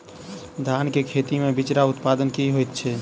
धान केँ खेती मे बिचरा उत्पादन की होइत छी?